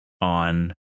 on